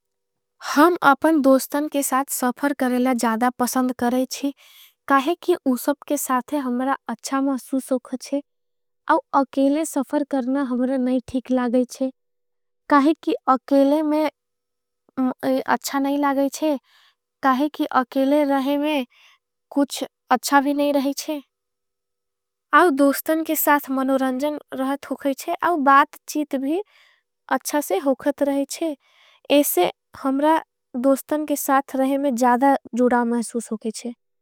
हम अपने दोस्टन के साथ सफर करेना ज़्यादा पसंद। करेंचे काहे कि उसब के साथ हमरा अच्छा मासूसोखचे। आव अकेले सफर करना हमरा नहीं ठीक लागेंचे। काहे कि अकेले में अच्छा नहीं लागेंचे काहे कि अकेले। रहें में कुछ अच्छा भी नहीं र हैंचे इससे हमरा दोस्टन। के साथ रहें में ज़्यादा जुड़ा मासूसोखचे।